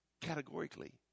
categorically